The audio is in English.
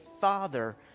Father